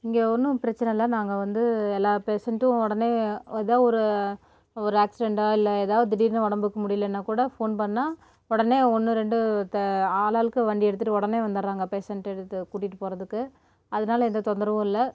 இங்கே ஒன்றும் பிரச்சனை இல்லை நாங்கள் வந்து எல்லா பேஷண்ட்டும் உடனே எதா ஒரு ஒரு அக்சிடென்ட்டோ இல்லை எதாவது திடீர்னு உடம்புக்கு முடியலன்னா கூட ஃபோன் பண்ணால் உடனே ஒன்று ரெண்டு த ஆளாளுக்கு வண்டி எடுத்துட்டு உடனே வந்துடுறாங்க பேஷண்ட்டு எடுத்து கூட்டிட்டு போகிறதுக்கு அதனால எந்த தொந்தரவும் இல்லை